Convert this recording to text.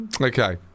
Okay